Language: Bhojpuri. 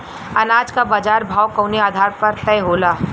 अनाज क बाजार भाव कवने आधार पर तय होला?